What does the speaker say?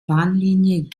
bahnlinie